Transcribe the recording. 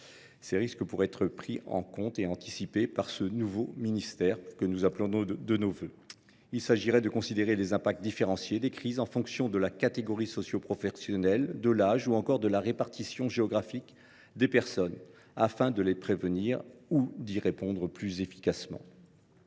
tels risques pourraient être pris en compte et anticipés par ce nouveau ministère. Il s’agirait de considérer les impacts différenciés des crises en fonction de la catégorie socioprofessionnelle, de l’âge ou encore de la répartition géographique des personnes, afin de les prévenir ou d’y répondre plus efficacement.